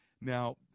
Now